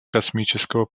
космического